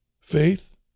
faith